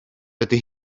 dydy